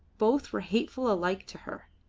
both were hateful alike to her,